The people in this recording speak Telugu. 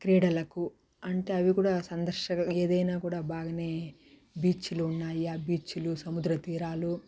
క్రీడలకు అంటే అవి కూడా సందర్శన ఏదైనా కూడా బాగానే బీచ్లున్నాయి బీచ్లు సముద్రతీరాలు